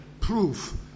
proof